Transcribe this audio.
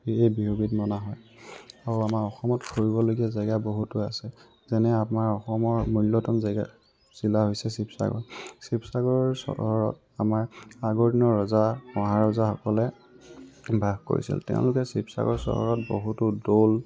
সেয়ে এই বিহুবিধ মনা হয় আৰু আমাৰ অসমত ফুৰিবলগীয়া জাগা বহুতো আছে যেনে আমাৰ অসমৰ মূল্যতম জাগা জিলা হৈছে শিৱসাগৰ শিৱসাগৰ চহৰত আমাৰ আগৰ দিনৰ ৰজা মহাৰজাসকলে বাস কৰিছিল তেওঁলোকে শিৱসাগৰ চহৰত বহুতো দৌল